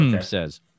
Says